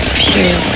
pure